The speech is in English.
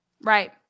Right